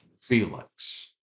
Felix